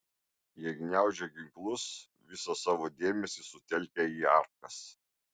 jie gniaužė ginklus visą savo dėmesį sutelkę į arkas